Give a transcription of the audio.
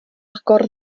agor